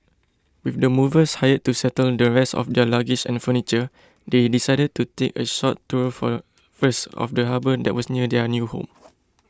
with the movers hired to settle the rest of their luggage and furniture they decided to take a short tour for first of the harbour that was near their new home